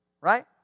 Right